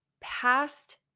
past